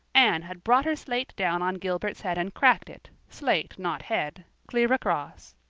anne had brought her slate down on gilbert's head and cracked it slate not head clear across.